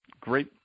great